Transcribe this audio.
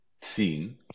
seen